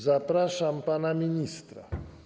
Zapraszam pana ministra.